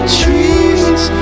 trees